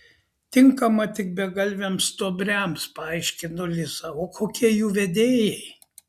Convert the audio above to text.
tinkama tik begalviams stuobriams paaiškino liza o kokie jų vedėjai